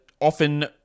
often